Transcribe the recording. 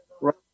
Right